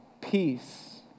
Peace